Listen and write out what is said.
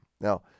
Now